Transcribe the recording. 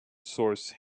source